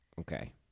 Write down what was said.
Okay